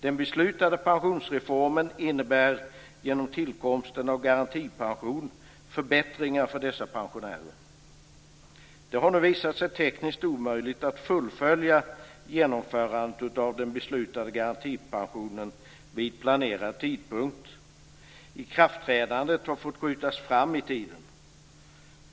Genom tillkomsten av garantipensionen innebär den beslutade pensionsreformen förbättringar för dessa pensionärer. Det har nu visat sig tekniskt omöjligt att fullfölja genomförandet av den beslutade garantipensionen vid planerad tidpunkt. Ikraftträdandet har fått flyttas fram i tiden.